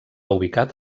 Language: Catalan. ubicat